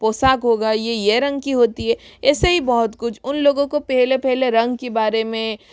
पोशाक होगा यह यह रंग की होती है ऐसे ही बहुत कुछ उन लोगों को पहले पहले रंग के बारे में